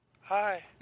Hi